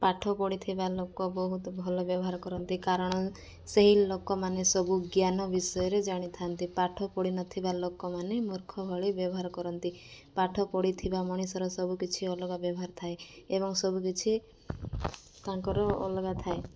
ପାଠ ପଢ଼ିଥିବା ଲୋକ ବହୁତ ଭଲ ବେବହାର କରନ୍ତି କାରଣ ସେହି ଲୋକମାନେ ସବୁ ଜ୍ଞାନ ବିଷୟରେ ଜାଣିଥାନ୍ତି ପାଠ ପଢ଼ିନଥିବା ଲୋକମାନେ ମୂର୍ଖ ଭଳି ବେବହାର କରନ୍ତି ପାଠ ପଢ଼ିଥିବା ମଣିଷର ସବୁକିଛି ଅଲଗା ବେବହାର ଥାଏ ଏବଂ ସବୁକିଛି ତାଙ୍କର ଅଲଗା ଥାଏ